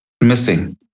missing